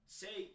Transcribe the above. say